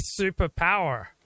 superpower